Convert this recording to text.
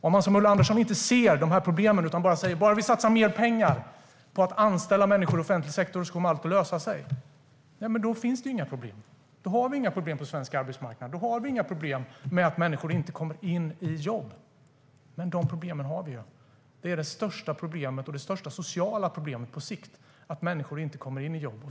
Om man som Ulla Andersson inte ser dessa problem utan bara säger "Bara vi satsar mer pengar på att anställa människor i offentlig sektor kommer allt att lösa sig!" finns det ju inga problem. Då har vi inga problem på svensk arbetsmarknad, för då har vi inga problem med att människor inte kommer i jobb. Men de problemen har vi ju. Det är det största sociala problemet på sikt att människor inte kommer i jobb.